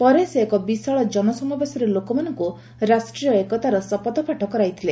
ପରେ ସେ ଏକ ବିଶାଳ ଜନସମାବେଶରେ ଲୋକମାନଙ୍କୁ ରାଷ୍ଟ୍ରୀୟ ଏକତାର ଶପଥପାଠ କରାଇଥିଲେ